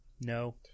No